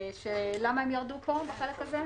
למה הם ירדו בחלק הזה?